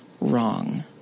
wrong